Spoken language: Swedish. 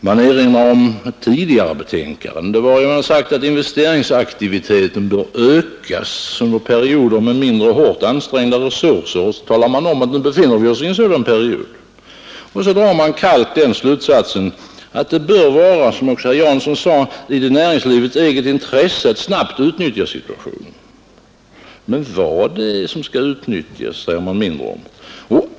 Man erinrar om ett tidigare betänkande, vari sagts att investeringsaktiviteten bör ökas under perioder med mindre hårt ansträngda resurser och påpekar att vi nu är inne i en sådan period. Sedan drar man kallt den slutsatsen, att det, som herr Jansson också sade, bör vara i näringslivets eget intresse att snabbt utnyttja situationen. Men vad som skall utnyttjas säger man mindre om.